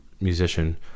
musician